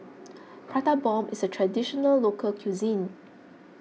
Prata Bomb is a Traditional Local Cuisine